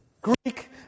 Greek